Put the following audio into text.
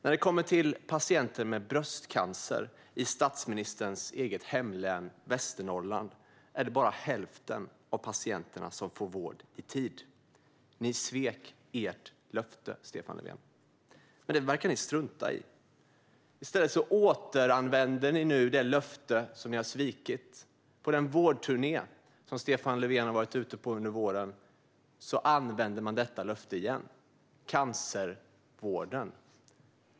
När det gäller patienter med bröstcancer i statsministerns eget hemlän Västernorrland får bara hälften av dem vård i tid. Ni svek ert löfte, Stefan Löfven, men det verkar ni strunta i. I stället återanvänder ni nu det löfte som ni har svikit. På den vårdturné som Stefan Löfven har varit ute på under våren har man använt detta löfte igen.